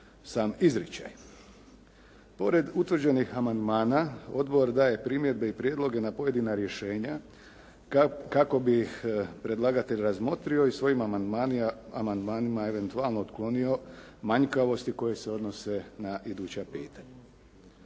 sam izričaj. Pored utvrđenih amandmana odbor daje primjedbe i prijedloge na pojedina rješenja kako bi ih predlagatelj razmotrio i svojim amandmanima eventualno otklonio manjkavosti koje se odnose na iduća pitanja.